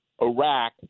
Iraq